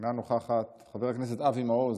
אינה נוכחת, חבר הכנסת אבי מעוז,